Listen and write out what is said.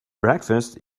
breakfast